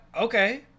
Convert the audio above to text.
Okay